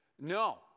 No